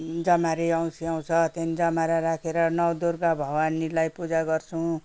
जमारे औँसी आउँछ त्यहाँदेखि जमारा राखेर नौ दुर्गा भवानीलाई पूजा गर्छौँ